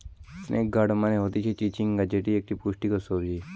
snake guard মানে হতিছে চিচিঙ্গা যেটি একটো পুষ্টিকর সবজি